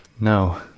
No